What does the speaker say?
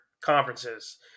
conferences